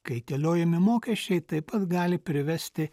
kaitaliojami mokesčiai taip pat gali privesti